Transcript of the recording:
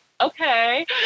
okay